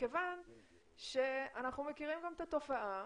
אנחנו מכירים את התופעה,